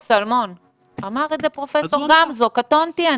אמר את זה פרופ' גמזו, קטונתי.